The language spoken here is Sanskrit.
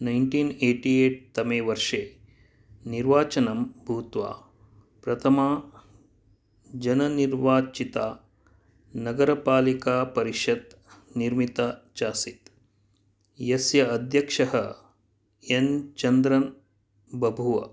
नैन्टीन् ऐटिऐट् तमे वर्षे निर्वाचनं भूत्वा प्रथमा जननिर्वाचिता नगरपालिकापरिषत् निर्मिता चासीत् यस्य अध्यक्षः एन् चन्द्रन् बभूव